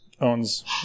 owns